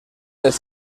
les